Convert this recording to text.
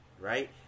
Right